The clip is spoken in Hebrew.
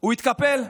הוא התקפל.